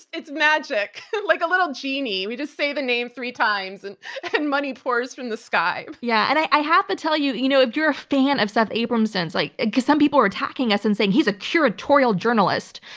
it's magic. like a little genie, we just say the name three times and and money pours from the sky. yeah, and i have to tell you, you know if you're a fan of seth abramson, like ah because some people were attacking us and saying he's a curatorial journalist,